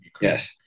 Yes